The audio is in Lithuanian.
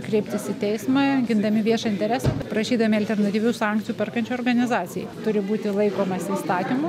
kreiptis į teismą gindami viešą interesą prašydami alternatyvių sankcijų perkančiajai organizacijai turi būti laikomasi įstatymų